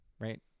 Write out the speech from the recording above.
right